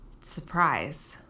surprise